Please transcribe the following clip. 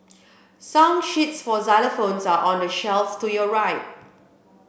song sheets for xylophones are on the shelf to your right